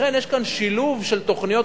לכן יש כאן שילוב של תוכניות,